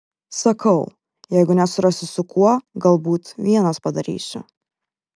sakau jeigu nesurasiu su kuo galbūt vienas padarysiu